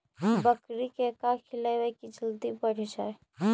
बकरी के का खिलैबै कि जल्दी बढ़ जाए?